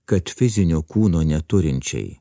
kad fizinio kūno neturinčiai